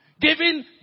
Giving